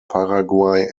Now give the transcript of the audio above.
paraguay